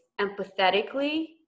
empathetically